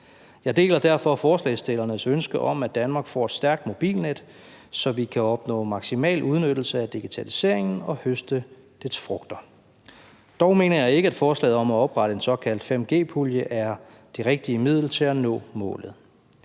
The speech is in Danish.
Jeg deler derfor forslagsstillernes ønske om, at Danmark får et stærkt mobilnet, så vi kan opnå maksimal udnyttelse af digitaliseringen og høste dets frugter. Jeg mener dog ikke, at forslaget om at oprette en såkaldt 5G-pulje er det rigtige middel til at nå målet.